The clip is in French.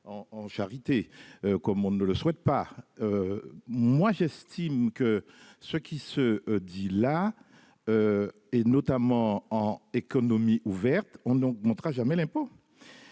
en charité comme on ne le souhaite pas, moi j'estime que ce qui se dit là et notamment en économie ouverte, on on montra jamais l'impôt,